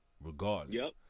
Regardless